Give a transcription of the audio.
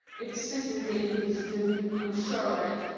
it's cissy iggins's doing i'm sure of it,